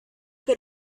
que